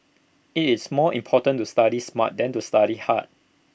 IT is more important to study smart than to study hard